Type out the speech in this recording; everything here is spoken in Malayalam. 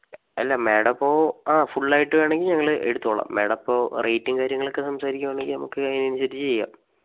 അല്ല മേഡം ഇപ്പോൾ ആ ഫുൾ ആയിട്ട് വേണമെങ്കിൽ ഞങ്ങൾ എടുത്തോളാം മേഡം അപ്പോൾ റേറ്റും കാര്യങ്ങളൊക്കെ സംസാരിക്കുവാണെങ്കിൽ നമുക്ക് അതിനനുസരിച്ച് ചെയ്യാം